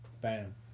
Bam